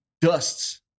dusts